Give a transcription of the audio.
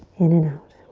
in and out.